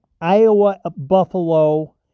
Iowa-Buffalo